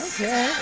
Okay